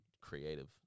creative